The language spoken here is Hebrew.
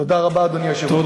תודה רבה, אדוני היושב-ראש.